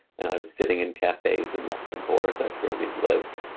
and i was sitting in cafes in luxembourg, that's where we live,